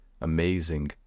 amazing